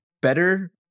better